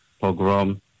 pogrom